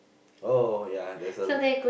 oh ya there's a l~ uh